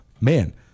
man